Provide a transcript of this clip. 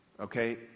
okay